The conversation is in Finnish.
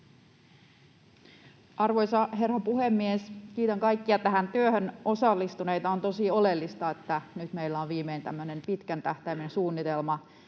Arvoisa herra puhemies! Kiitän kaikkia tähän työhön osallistuneita. On tosi oleellista, että nyt meillä on viimein tämmöinen pitkän tähtäimen suunnitelma